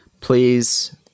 Please